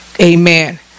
amen